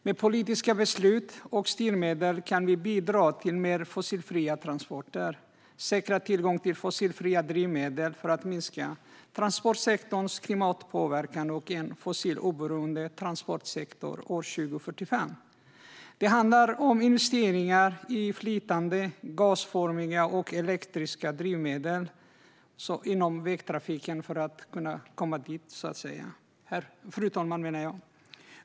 Med politiska beslut och styrmedel kan vi bidra till mer fossilfria transporter och säkra tillgång till fossilfria drivmedel för att minska transportsektorns klimatpåverkan och en fossiloberoende transportsektor 2045. Det handlar om investeringar i flytande, gasformiga och elektriska drivmedel inom vägtrafiken för att kunna komma dit. Fru talman!